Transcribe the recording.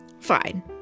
Fine